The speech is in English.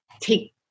take